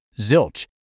Zilch